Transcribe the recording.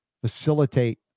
facilitate